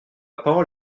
parole